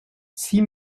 six